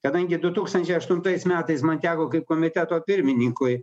kadangi du tūkstančiai aštuntais metais man teko kaip komiteto pirmininkui